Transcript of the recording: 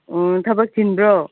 ꯊꯕꯛ ꯆꯤꯟꯕ꯭ꯔꯣ